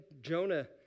Jonah